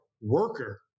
worker